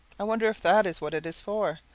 i wonder if that is what it is for?